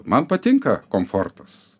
man patinka komfortas